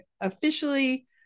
officially